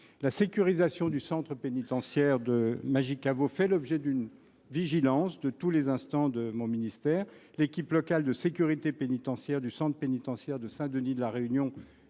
La sécurisation du centre pénitentiaire de Majicavo fait l’objet d’une vigilance de tous les instants de la part de mon ministère. L’équipe locale de sécurité pénitentiaire du centre pénitentiaire de Saint Denis de La Réunion